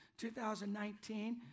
2019